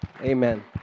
Amen